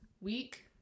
week